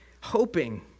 hoping